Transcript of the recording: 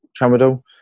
tramadol